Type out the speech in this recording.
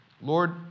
Lord